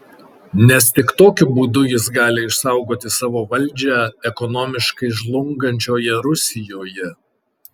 nes tik tokiu būdu jis gali išsaugoti savo valdžią ekonomiškai žlungančioje rusijoje